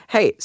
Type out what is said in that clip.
Hey